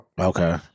Okay